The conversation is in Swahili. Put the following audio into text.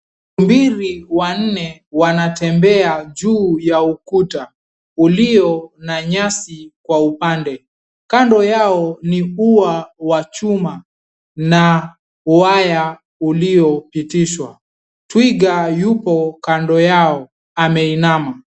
Tumbili wanne wanatembea juu ya ukuta ulio na nyasi kwa upande kando ni ua wa chuma na waya ilio pitishwa twiga yupo kando yao ameinama.